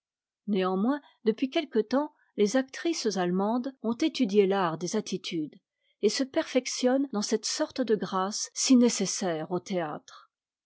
néanmoins depuis quelque temps les actrices allemandes ont étudié l'art des attitudes et se perfectionnent dans cette sorte de grâce si nécessaire au théâtre